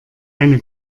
eine